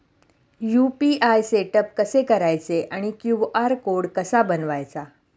UPI setup कसे करायचे आणि क्यू.आर कोड कसा बनवायचा?